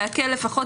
לפחות,